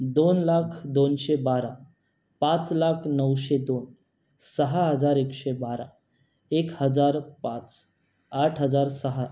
दोन लाख दोनशे बारा पाच लाख नऊशे दोन सहा हजार एकशे बारा एक हजार पाच आठ हजार सहा